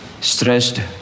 stressed